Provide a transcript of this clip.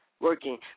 Working